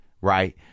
right